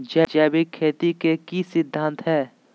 जैविक खेती के की सिद्धांत हैय?